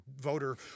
voter